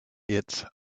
its